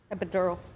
Epidural